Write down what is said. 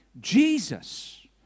Jesus